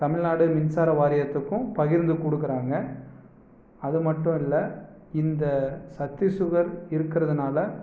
தமிழ்நாடு மின்சார வாரியத்துக்கும் பகிர்ந்து கொடுக்குறாங்க அது மட்டும் இல்லை இந்த சக்தி சுகர் இருக்கறதுனால